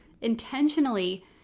intentionally